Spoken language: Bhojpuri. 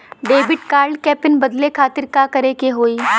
डेबिट कार्ड क पिन बदले खातिर का करेके होई?